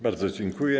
Bardzo dziękuję.